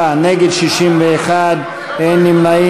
10 לא נתקבלה.